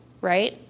right